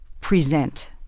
present